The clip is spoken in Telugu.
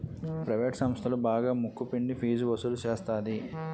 ప్రవేటు సంస్థలు బాగా ముక్కు పిండి ఫీజు వసులు సేత్తది